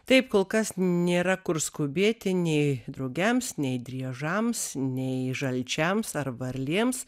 taip kol kas nėra kur skubėti nei drugiams nei driežams nei žalčiams ar varlėms